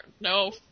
No